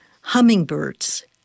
Hummingbirds